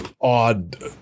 odd